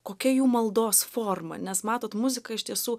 kokia jų maldos forma nes matot muzika iš tiesų